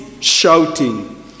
Shouting